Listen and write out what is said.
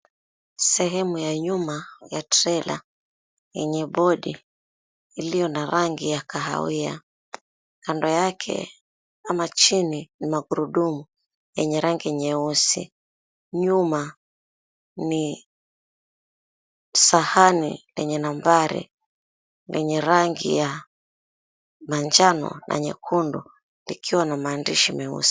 Sehemu ya nyuma ya trela yenye bodi iliyo na rangi ya kahawia. Kando yake, ama chini ni magurudumu yenye rangi nyeusi. Nyuma ni sahani yenye nambari lenye rangi ya manjano na nyekundu, likiwa na maandishi meusi.